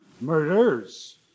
Murders